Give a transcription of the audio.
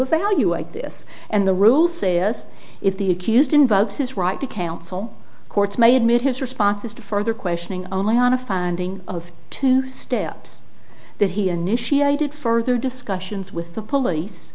evaluate this and the rule says if the accused involves his right to counsel courts may admit his responses to further questioning only on a finding of two steps that he and michelle i did further discussions with the police